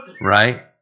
Right